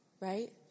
right